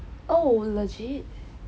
oh legit